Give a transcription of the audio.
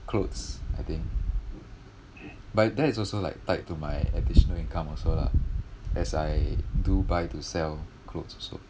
clothes I think but that is also like tied to my additional income also lah as I do buy to sell clothes also